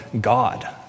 God